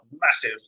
massive